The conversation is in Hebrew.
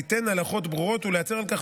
ליתן הלכות ברורות ולייצר על ידי כך